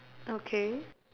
okay